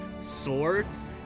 swords